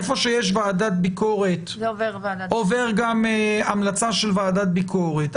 היכן שיש ועדת ביקורת זה עובר גם המלצה של ועדת ביקורת.